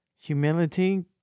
Humility